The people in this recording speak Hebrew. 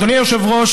אדוני היושב-ראש,